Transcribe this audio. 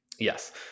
Yes